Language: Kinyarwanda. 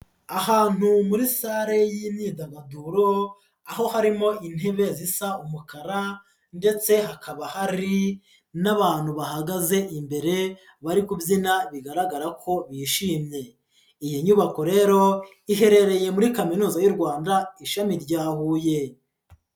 Ahantu muri salle y'imyidagaduro aho harimo intebe zisa umukara ndetse hakaba hari n'abantu bahagaze imbere bari kubyina bigaragara ko bishimiye, iyi nyubako rero iherereye muri Kaminuza y'u Rwanda ishami rya Huye.